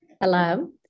Hello